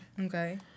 Okay